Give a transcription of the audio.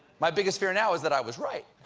my biggest fear now is that i was right.